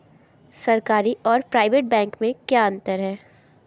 सरकारी और private bank में क्या अंतर है?